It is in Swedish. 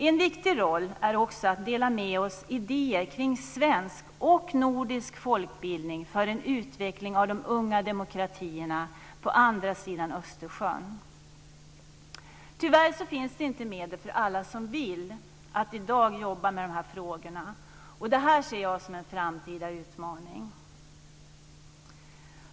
En viktig roll är också att dela med oss av idéer kring svensk och nordisk folkbildning för en utveckling av de unga demokratierna på andra sidan Östersjön. Tyvärr finns det inte medel för alla som vill att i dag jobba med de här frågorna. Det här ser jag som en framtida utmaning.